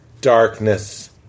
darkness